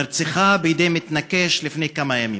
נרצחה בידי מתנקש לפני כמה ימים.